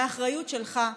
מהאחריות שלך כלפיהם.